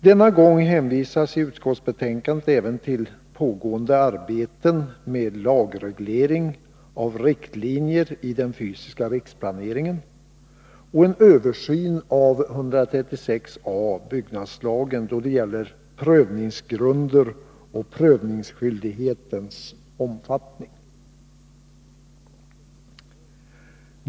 Denna gång hänvisas i utskottsbetänkandet även till pågående arbeten med lagreglering av riktlinjer i den fysiska riksplaneringen och en översyn av 136 a§ byggnadslagen då det gäller prövningsgrunder och prövningsskyldighetens omfattning.